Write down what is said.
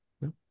no